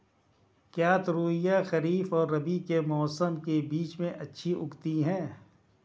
क्या तोरियां खरीफ और रबी के मौसम के बीच में अच्छी उगती हैं?